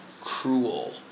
cruel